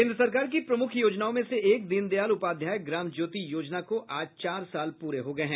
केन्द्र सरकार की प्रमुख योजनाओं में से एक दीनदयाल उपाध्याय ग्राम ज्योति योजना को आज चार साल पूरे हो गए हैं